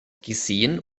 gesehen